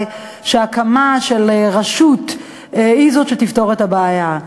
שהקמה של רשות היא שתפתור את הבעיה,